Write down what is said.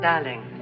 Darling